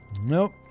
Nope